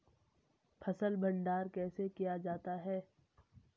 फ़सल भंडारण कैसे किया जाता है?